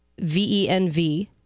VENV